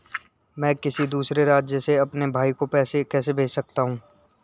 मैं किसी दूसरे राज्य से अपने भाई को पैसे कैसे भेज सकता हूं?